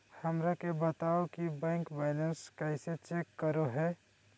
हमरा के बताओ कि बैंक बैलेंस कैसे चेक करो है?